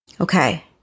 Okay